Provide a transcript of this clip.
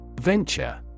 Venture